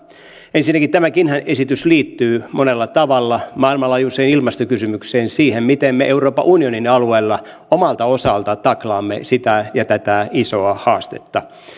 ensinnäkin tämäkin esitys liittyy monella tavalla maailmanlaajuiseen ilmastokysymykseen siihen miten me euroopan unionin alueella omalta osalta taklaamme tätä isoa haastetta